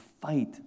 fight